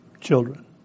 children